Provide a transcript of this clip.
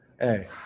Hey